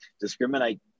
discriminate